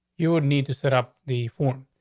you would need to set up the form.